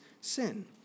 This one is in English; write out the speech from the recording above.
sin